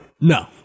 No